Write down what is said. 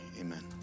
amen